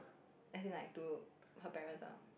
as in like to her parents ah